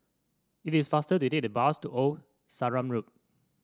it is faster to take the bus to Old Sarum Road